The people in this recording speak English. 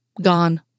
gone